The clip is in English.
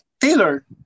Taylor